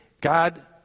God